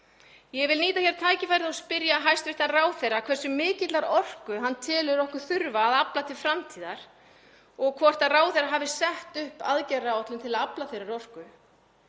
Ég vil nýta hér tækifærið og spyrja hæstv. ráðherra hversu mikillar orku hann telur okkur þurfa að afla til framtíðar og hvort ráðherra hafi sett upp aðgerðaáætlun til að afla þeirrar orku.